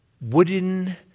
wooden